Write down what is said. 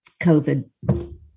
COVID